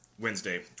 Wednesday